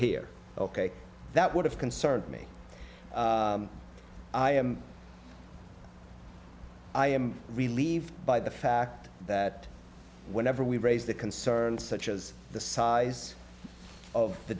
here ok that would have concerned me i am i am relieved by the fact that whenever we raise the concern such as the size of the